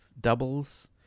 doubles